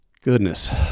Goodness